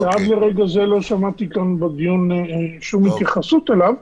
ועד לרגע זה לא שמעתי כאן בדיון התייחסות אליו,